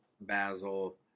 Basil